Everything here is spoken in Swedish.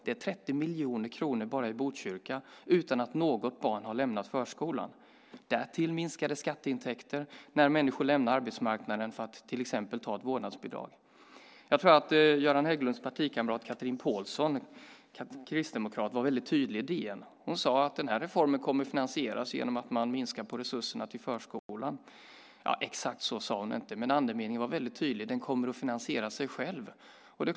Det är 30 miljoner kronor bara i Botkyrka utan att något barn har lämnat förskolan. Därtill kommer minskade skatteintäkter när människor lämnar arbetsmarknaden för att till exempel ta ett vårdnadsbidrag. Jag tycker att Göran Hägglunds partikamrat Chatrine Pålsson Ahlgren var väldigt tydlig i DN. Hon sade att den här reformen kommer att finansieras genom att man minskar på resurserna till förskolan. Exakt så sade hon inte, men andemeningen var väldigt tydlig. Den kommer att finansiera sig själv.